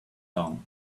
down